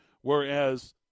whereas